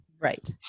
Right